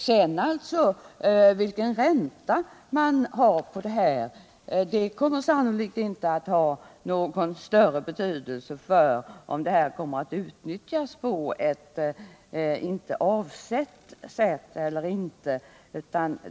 När det gäller räntan, så kommer den sannolikt inte att ha någon större betydelse för om systemet utnyttjas på ett inte avsett vis.